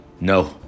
No